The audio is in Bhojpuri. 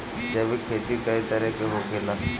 जैविक खेती कए तरह के होखेला?